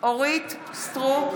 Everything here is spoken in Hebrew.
סטרוק,